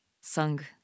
sung